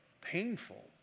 painful